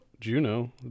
Juno